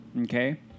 Okay